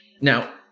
Now